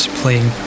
playing